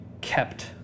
kept